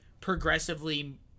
progressively